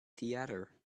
theatre